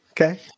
Okay